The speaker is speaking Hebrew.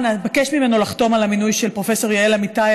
אנא בקש ממנו לחתום על המינוי של פרופ' יעל אמיתי.